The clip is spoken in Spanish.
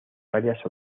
varias